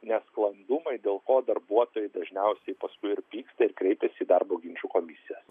nesklandumai dėl ko darbuotojai dažniausiai paskui ir pyksta ir kreipiasi į darbo ginčų komisijas